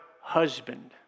husband